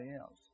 else